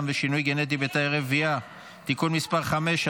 ושינוי גנטי בתאי רבייה) (תיקון מס' 5),